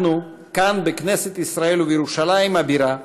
אנחנו כאן, בכנסת ישראל ובירושלים הבירה,